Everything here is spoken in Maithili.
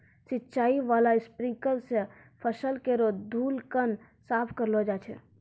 सिंचाई बाला स्प्रिंकलर सें फसल केरो धूलकण साफ करलो जाय छै